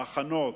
ההכנות,